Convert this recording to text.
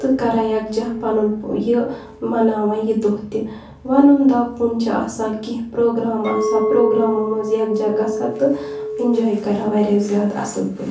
تہٕ کَران یَکجاہ پَنُن یہِ مَناوان یہِ دۄہ تہِ وَنُن دَپُن چھُ آسان کینٛہہ پرٛوگرام آسان پرٛوگرامو منٛز یکجاہ گژھان تہٕ اٮ۪نجاے کَران واریاہ زیادٕ اَصٕل پٲٹھۍ